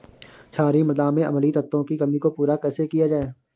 क्षारीए मृदा में अम्लीय तत्वों की कमी को पूरा कैसे किया जाए?